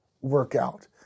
workout